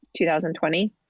2020